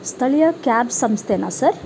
ಸ್ಥಳೀಯ ಕ್ಯಾಬ್ ಸಂಸ್ಥೆನ ಸರ್